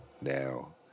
now